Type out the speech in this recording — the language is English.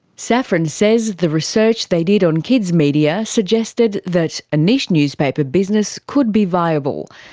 saffron says the research they did on kids media suggested that a niche newspaper business could be viable.